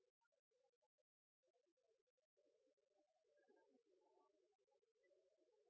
presidenten